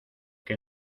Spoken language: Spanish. que